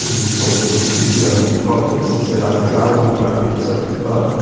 he called them in fujian province and said, i'm drowning i want to say goodbye.